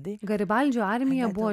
garibaldžio armija buvo